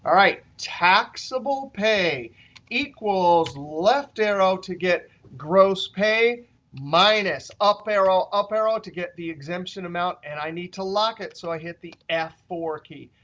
all right, taxable pay equals, left arrow, to get gross pay minus up arrow, up arrow, to get the exemption amount. and i need to lock it. so i hit the f four key,